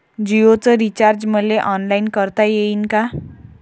जीओच रिचार्ज मले ऑनलाईन करता येईन का?